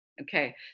Okay